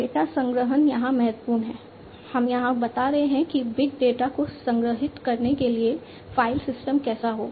data संग्रहण यहां महत्वपूर्ण है हम यहां बता रहे हैं कि बिग डेटा को संग्रहीत करने के लिए फाइल सिस्टम कैसा होगा